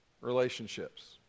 relationships